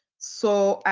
so